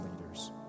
leaders